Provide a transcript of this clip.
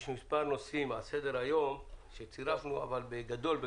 על סדר היום יש מספר נושאים אותם צירפנו לדיון.